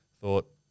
thought